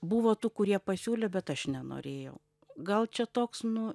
buvo tų kurie pasiūlė bet aš nenorėjau gal čia toks nu